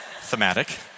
thematic